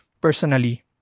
personally